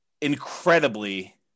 incredibly